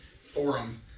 Forum